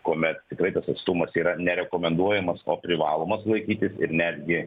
kuomet tikrai tas atstumas yra nerekomenduojamas o privalomas laikytis ir netgi